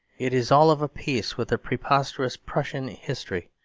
it is all of a piece with the preposterous prussian history,